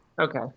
okay